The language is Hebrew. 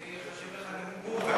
זה ייחשב לך נאום בורגס.